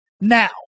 Now